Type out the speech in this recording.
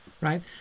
right